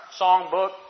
songbook